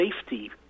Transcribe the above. safety